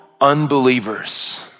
unbelievers